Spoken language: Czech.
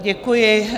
Děkuji.